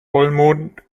vollmond